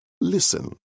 Listen